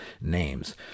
names